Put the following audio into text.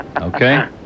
okay